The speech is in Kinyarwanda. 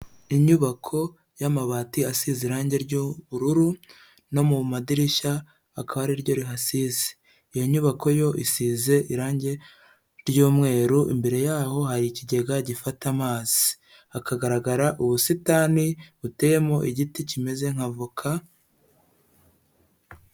Inyubako y'amabati asize irangi ry'ubururu no mu madirishya aka ariryo rihasize, iyo nyubako yo isize irangi ry'umweru, imbere yaho hari ikigega gifata amazi, hakagaragara ubusitani buteyemo igiti kimeze nka voka.